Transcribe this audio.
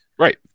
Right